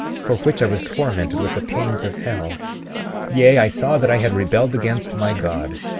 for which i was tormented with the pains of hell yea, i saw that i had rebelled against my god,